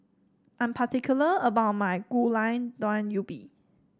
I am particular about my Gulai Daun Ubi